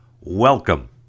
Welcome